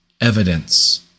evidence